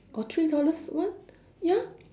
or three dollars one ya